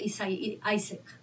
Isaac